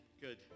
Good